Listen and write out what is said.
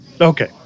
Okay